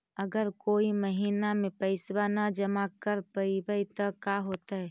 अगर कोई महिना मे पैसबा न जमा कर पईबै त का होतै?